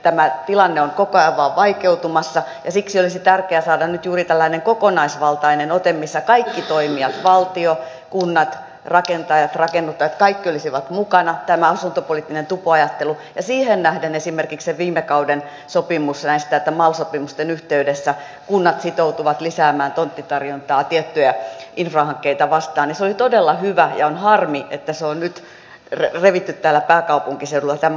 tämä tilanne on koko ajan vain vaikeutumassa ja siksi olisi tärkeää saada nyt juuri tällainen kokonaisvaltainen ote missä kaikki toimijat valtio kunnat rakentajat rakennuttajat olisivat mukana tämä asuntopoliittinen tupoajattelu ja siihen nähden esimerkiksi se viime kauden sopimus että mal sopimusten yhteydessä kunnat sitoutuvat lisäämään tonttitarjontaa tiettyjä infrahankkeita vastaan oli todella hyvä ja on harmi että tämä ajattelu on nyt revitty täällä pääkaupunkiseudulla alas